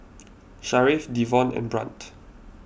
Sharif Devon and Brandt